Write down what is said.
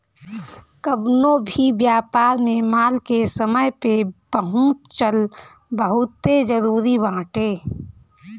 कवनो भी व्यापार में माल के समय पे पहुंचल बहुते जरुरी बाटे